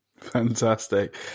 Fantastic